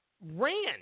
ran